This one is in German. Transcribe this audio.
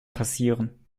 passieren